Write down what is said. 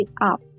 up